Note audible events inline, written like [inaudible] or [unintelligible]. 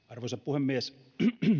[unintelligible] arvoisa puhemies